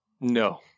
No